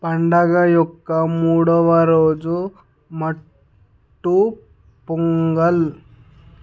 పండుగ యొక్క మూడో రోజు మట్టు పొంగల్